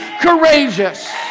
courageous